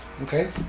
Okay